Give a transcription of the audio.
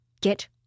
Get